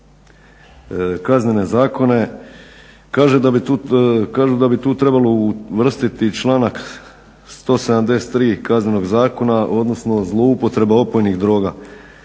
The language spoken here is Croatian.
kaznene zakone kažu da bi tu trebalo uvrstiti i članak 173. Kaznenog zakona, odnosno zloupotreba opojnih droga.